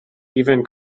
even